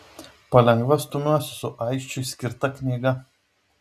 palengva stumiuosi su aisčiui skirta knyga